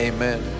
Amen